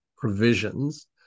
provisions